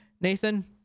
nathan